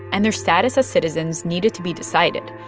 and their status as citizens needed to be decided.